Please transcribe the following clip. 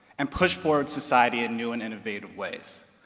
and push forward society in new and innovative ways.